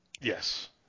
Yes